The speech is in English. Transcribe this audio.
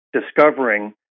discovering